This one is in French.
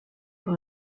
par